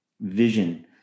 vision